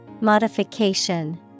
Modification